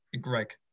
Greg